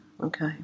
Okay